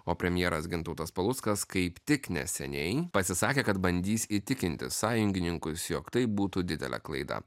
o premjeras gintautas paluckas kaip tik neseniai pasisakė kad bandys įtikinti sąjungininkus jog tai būtų didelė klaida